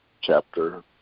chapter